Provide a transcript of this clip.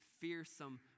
fearsome